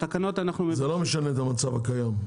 זה לא משנה את המצב הקיים?